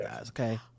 okay